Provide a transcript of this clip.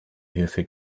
hierfür